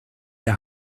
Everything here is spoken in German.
der